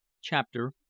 Chapter